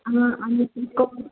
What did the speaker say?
हा अने